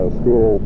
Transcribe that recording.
school